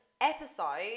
episode